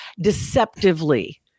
Deceptively